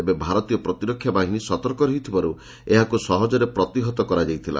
ତେବେ ଭାରତୀୟ ପ୍ରତିରକ୍ଷା ବାହିନୀ ସତର୍କ ରହିଥିବାରୁ ଏହାକୁ ସହଜରେ ପ୍ରତିହତ କରାଯାଇଥିଲା